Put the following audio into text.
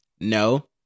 No